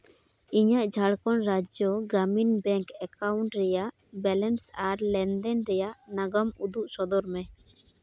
ᱤᱧᱟᱹᱜ Jharkhand Rajya Gramin bank account ᱨᱮᱭᱟᱜ balance ᱟᱨ ᱞᱮᱱᱫᱮᱱ ᱨᱮᱭᱟᱜ ᱱᱟᱜᱟᱢ ᱩᱫᱩᱜ ᱥᱚᱫᱚᱨ ᱢᱮ